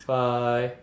five